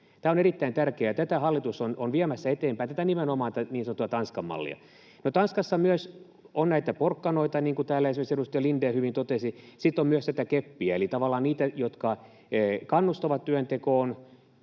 Tämä on erittäin tärkeää. Tätä hallitus on viemässä eteenpäin, nimenomaan tätä niin sanottua Tanskan mallia. Tanskassa on myös näitä porkkanoita, niin kuin täällä esimerkiksi edustaja Lindén hyvin totesi, sitten on myös sitä keppiä: eli on tavallaan niitä, jotka kannustavat työntekoon,